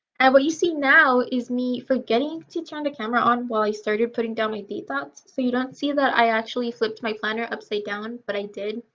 and what you see now is me forgetting to turn the camera on while i started putting down my date dots so you don't see that i actually flipped my planner upside down but i did.